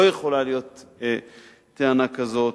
לא יכולה להיות טענה כזאת,